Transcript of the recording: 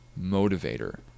motivator